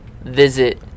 Visit